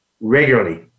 regularly